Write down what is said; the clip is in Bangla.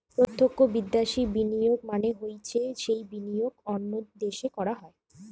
প্রত্যক্ষ বিদ্যাশি বিনিয়োগ মানে হৈছে যেই বিনিয়োগ অন্য দেশে করা হয়